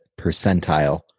percentile